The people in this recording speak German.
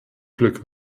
glück